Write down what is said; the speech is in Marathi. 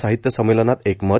साहित्य संमेलनात एकमत